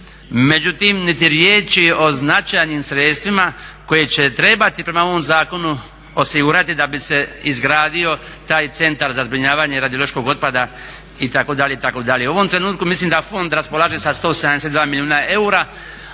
međutim niti riječi o značajnim sredstvima koje će trebati prema ovom zakonu osigurati da bi se izgradio taj centar za zbrinjavanje radiološkog otpada itd., itd. U ovom trenutku mislim da fond raspolaže sa 172 milijuna eura